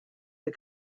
the